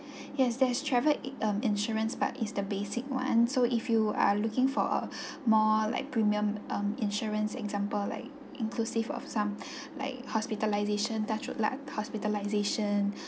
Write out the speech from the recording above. yes there's travel um insurance but is the basic one so if you are looking for a more like premium um insurance example like inclusive of some like hospitalisation touch wood lah hospitalisation